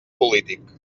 polític